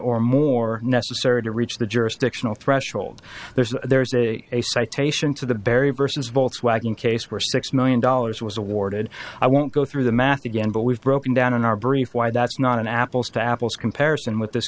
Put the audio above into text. or more necessary to reach the jurisdictional threshold there's a there's a citation to the barry versus volkswagen case where six million dollars was awarded i won't go through the math again but we've broken down in our brief why that's not an apples to apples comparison with this